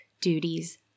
duties